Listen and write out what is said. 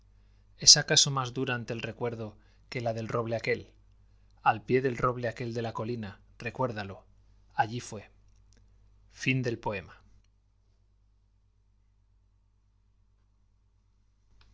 es acaso más dura ante el recuerdo que la del roble aquél al pie del roble aquel de la colina recuérdalo allí fué